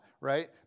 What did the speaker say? right